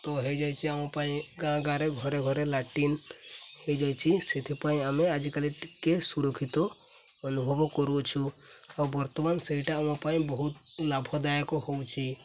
ତ ହେଇଯାଇଚି ଆମ ପାଇଁ ଗାଁ ଗାଁ'ରେ ଘରେ ଘରେ ଲ୍ୟାଟ୍ରିନ୍ ହେଇଯାଇଛି ସେଥିପାଇଁ ଆମେ ଆଜିକାଲି ଟିକେ ସୁରକ୍ଷିତ ଅନୁଭବ କରୁଅଛୁ ଆଉ ବର୍ତ୍ତମାନ ସେଇଟା ଆମ ପାଇଁ ବହୁତ ଲାଭଦାୟକ ହେଉଛି